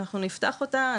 אנחנו נפתח אותה,